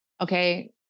okay